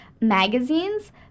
magazines